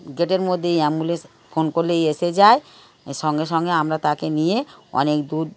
গেটের মধ্যে এই অ্যাম্বুলেন্স ফোন করলেই এসে যায় সঙ্গে সঙ্গে আমরা তাকে নিয়ে অনেক দূর